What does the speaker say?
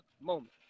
moment